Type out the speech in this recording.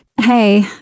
Hey